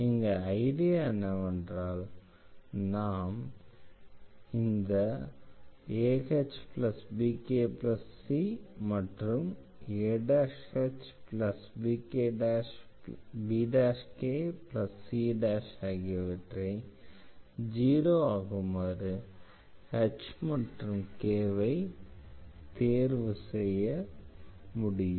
இங்கு ஐடியா என்னவென்றால் நாம் ahbkc மற்றும் ahbkc ஆகியவை 0 ஆகுமாறு h மற்றும் k ஐ தேர்வு செய்ய முடியும்